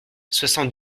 soixante